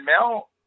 Mel